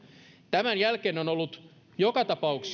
tämän jälkeen on ollut